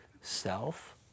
self